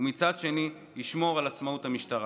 ומצד שני ישמרו על עצמאות המשטרה.